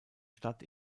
stadt